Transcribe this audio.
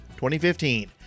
2015